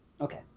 Okay